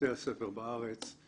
בבתי הספר בארץ,